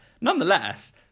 Nonetheless